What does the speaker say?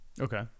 okay